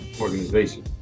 organization